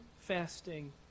fasting